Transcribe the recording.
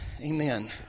Amen